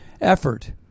effort